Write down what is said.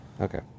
Okay